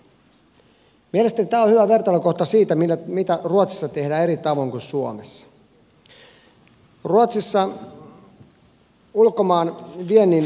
mielestäni tämä on hyvä vertailukohta siitä mitä ruotsissa tehdään eri tavoin kuin suomessa